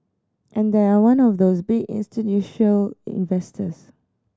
and they are one of those big investors